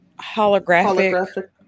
Holographic